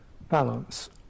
balance